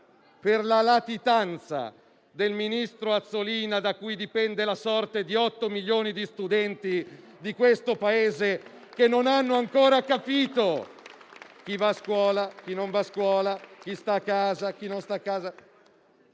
per la latitanza del ministro Azzolina, da cui dipende la sorte di otto milioni di studenti di questo Paese, che non hanno ancora capito chi va a scuola e chi non va a scuola, chi sta a casa e chi non sta a casa.